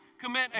commit